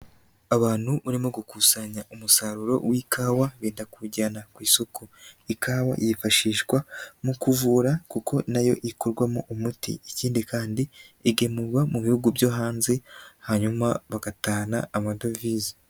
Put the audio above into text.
Abantu urimo gukusanya umusaruro w'ikawa benda kuwujyana ku isoko. Ikawa yifashishwa mu kuvura kuko nayo ikorwamo umuti, ikindi kandi igemurwa mu bihugu byo hanze hanyuma bagatahana amadovize.